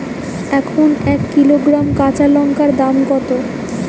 এখন এক কিলোগ্রাম কাঁচা লঙ্কার দাম কত?